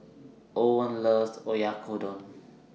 Owen loves Oyakodon